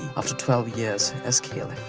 after twelve years as caliph.